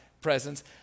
presence